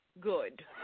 good